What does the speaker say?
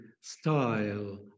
style